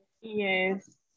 Yes